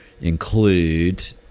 include